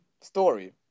story